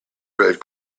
red